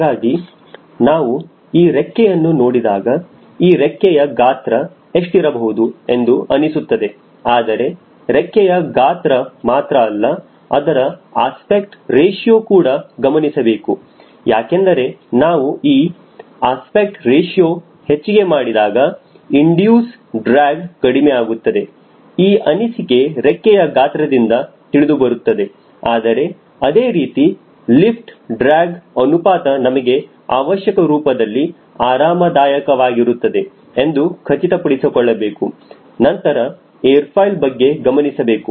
ಹಾಗಾಗಿ ನಾವು ಈ ರೆಕ್ಕೆಯನ್ನು ನೋಡಿದಾಗ ಈ ರೆಕ್ಕೆಯ ಗಾತ್ರ ಎಷ್ಟಿರಬಹುದು ಎಂದು ಅನಿಸುತ್ತದೆ ಆದರೆ ರೆಕ್ಕೆಯ ಗಾತ್ರ ಮಾತ್ರ ಅಲ್ಲ ಅದರ ಅಸ್ಪೆಕ್ಟ್ ರೇಶಿಯೋ ಕೂಡ ಗಮನಿಸಬೇಕು ಯಾಕೆಂದರೆ ನಾವು ಈ ಅಸ್ಪೆಕ್ಟ್ ರೇಶಿಯೋ ಹೆಚ್ಚಿಗೆ ಮಾಡಿದಾಗ ಇಂಡಿಯೂಸ್ ಡ್ರ್ಯಾಗ್ ಕಡಿಮೆ ಆಗುತ್ತದೆ ಈ ಅನಿಸಿಕೆ ರೆಕ್ಕೆಯ ಗಾತ್ರದಿಂದ ತಿಳಿದುಬರುತ್ತದೆ ಆದರೆ ಅದೇ ರೀತಿ ಲಿಫ್ಟ್ ಡ್ರ್ಯಾಗ್ ಅನುಪಾತ ನಮಗೆ ಅವಶ್ಯಕ ರೂಪದಲ್ಲಿ ಆರಾಮದಾಯಕವಾಗಿರುತ್ತದೆ ಎಂದು ಖಚಿತಪಡಿಸಿಕೊಳ್ಳಬೇಕು ನಂತರ ಏರ್ ಫಾಯ್ಲ್ ಬಗ್ಗೆ ಗಮನಿಸಬೇಕು